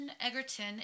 Egerton